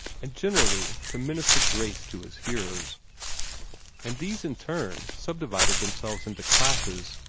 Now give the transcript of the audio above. and generally to minister grace to his hearers and these in turn subdivided themselves into classes,